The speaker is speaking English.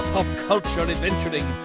culture and adventuring,